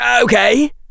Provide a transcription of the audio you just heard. Okay